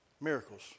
miracles